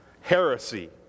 heresy